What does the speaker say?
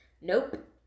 Nope